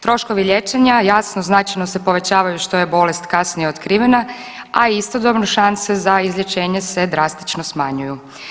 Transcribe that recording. Troškovi liječenja jasno značajno se povećavaju što je bolest kasnije otkrivena, a istodobno šanse za izlječenje se drastično smanjuju.